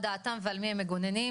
מה דעתם ועל מי הם מגוננים,